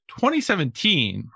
2017